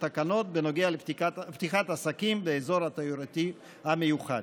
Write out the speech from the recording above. תקנות בנוגע לפתיחת עסקים באזור התיירותי המיוחד.